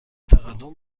تقدم